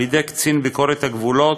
על-ידי קצין ביקורת הגבולות,